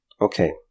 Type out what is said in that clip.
Okay